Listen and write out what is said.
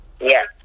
yes